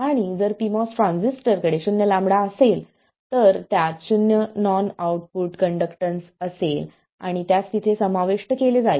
आणि जर pMOS ट्रान्झिस्टरकडे शून्य लॅम्बडा असेल तर त्यात शून्य नॉन आउटपुट कंडक्टन्स असेल आणि त्यास तिथे समाविष्ट केले जाईल